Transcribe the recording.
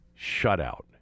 shutout